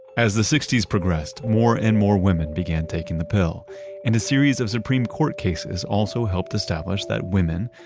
as the sixty s progressed, more and more women began taking the pill and a series of supreme court cases also helped establish that women,